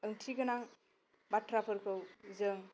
ओंथि गोनां बाथ्राफोरखौ जों